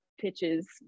pitches